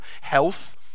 health